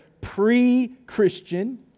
pre-Christian